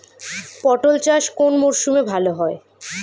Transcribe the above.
পটল চাষ কোন মরশুমে ভাল হয়?